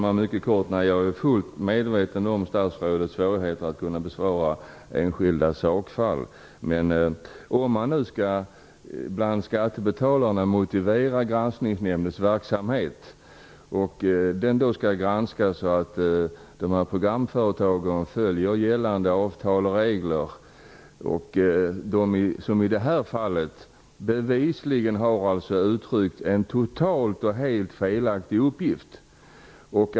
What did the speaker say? Fru talman! Jag är fullt medveten om statsrådets svårigheter att besvara frågor om enskilda sakfall. Men det handlar om att för skattebetalarna kunna motivera Granskningsnämndens verksamhet. Nämnden skall ju granska att programföretagen följer gällande avtal och regler. I det fall som jag tar upp har programföretaget bevisligen uttryckt en totalt felaktig uppgift.